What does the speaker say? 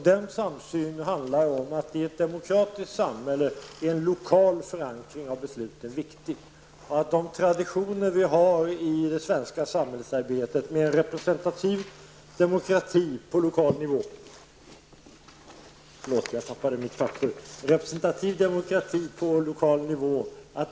Den samsynen handlar om att det i ett demokratiskt samhälle är viktigt med en lokal förankring av besluten och att man, med de traditioner som vi har i det svenska samhällsarbetet, slår vakt om den representativa demokratin på lokal nivå.